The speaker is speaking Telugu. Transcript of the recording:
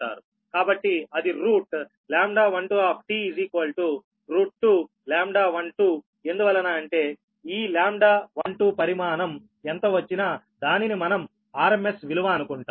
కాబట్టి అది రూట్ λ12 2 λ12 ఎందువలన అంటే ఈ λ12 పరిమాణం ఎంత వచ్చినా దానిని మనం RMS విలువ అనుకుంటాం